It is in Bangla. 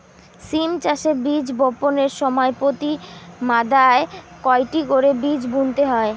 সিম চাষে বীজ বপনের সময় প্রতি মাদায় কয়টি করে বীজ বুনতে হয়?